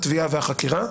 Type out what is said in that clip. התביעה והחקירה,